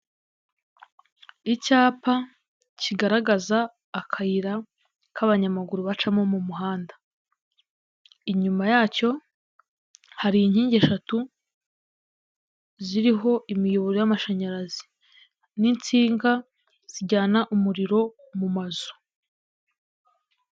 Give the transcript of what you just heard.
Icyapa kigaragaza akayira k'abanyamaguru bacamo mu muhanda, inyuma yacyo hari inkingi eshatu ziriho imiyoboro y'amashanyarazi n'insinga zijyana umuriro mu mazu.